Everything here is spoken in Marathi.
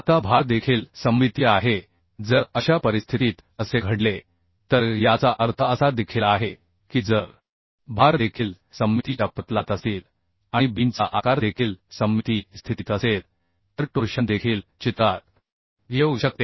आता भार देखील सममितीय आहे जर अशा परिस्थितीत असे घडले तर याचा अर्थ असा देखील आहे की जर भार देखील सममितीच्या प्रतलात असतील आणि बीमचा आकार देखील सममिती स्थितीत असेल तर टोर्शन देखील चित्रात येऊ शकते